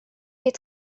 des